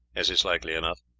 as is likely enough,